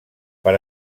per